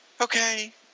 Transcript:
okay